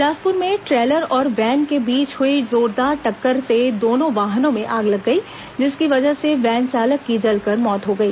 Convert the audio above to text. बिलासपुर में ट्रेलर और वैन के बीच हुई जोरदार टक्कर से दोनों वाहनों में आग लग गई जिसकी वजह से वैन चालक की जलकर मौत हो गई